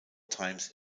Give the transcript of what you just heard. times